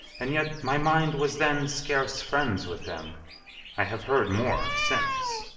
and yet my mind was then scarce friends with him i have heard more since.